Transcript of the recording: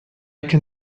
can